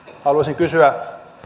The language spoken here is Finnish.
haluaisin kysyä